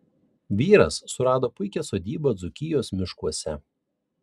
vyras surado puikią sodybą dzūkijos miškuose